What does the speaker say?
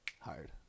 Hired